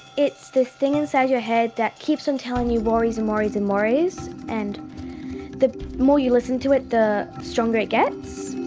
it's this thing inside your head that keeps on telling you worries and worries and worries, and the more you listen to it, the stronger it gets.